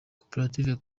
koperative